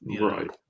Right